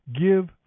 Give